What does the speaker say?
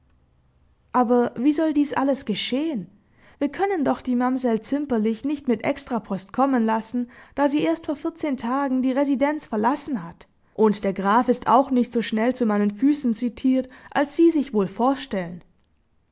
aber wie soll dies alles geschehen wir können doch die mamsell zimperlich nicht mit extrapost kommen lassen da sie erst vor vierzehn tagen die residenz verlassen hat und der graf ist auch nicht so schnell zu meinen füßen zitiert als sie sich wohl vorstellen